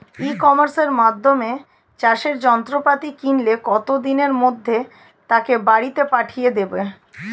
ই কমার্সের মাধ্যমে চাষের যন্ত্রপাতি কিনলে কত দিনের মধ্যে তাকে বাড়ীতে পাঠিয়ে দেবে?